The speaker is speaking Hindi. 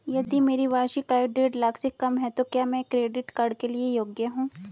यदि मेरी वार्षिक आय देढ़ लाख से कम है तो क्या मैं क्रेडिट कार्ड के लिए योग्य हूँ?